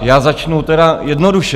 Já začnu tedy jednoduše.